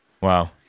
Wow